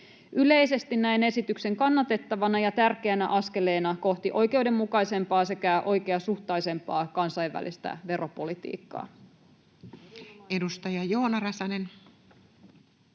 Yleisesti näen esityksen kannatettavana ja tärkeänä askeleena kohti oikeudenmukaisempaa sekä oikeasuhtaisempaa kansainvälistä veropolitiikkaa.